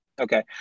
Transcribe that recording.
okay